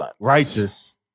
righteous